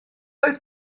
oedd